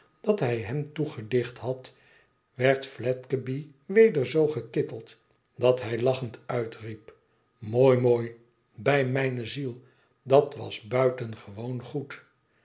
dat hij hem toegedicht had werd fiedgeby weder zoo gekitteld dat hij lachend uitriep mooi mooi bij mijne ziel dat was buitengewoon goed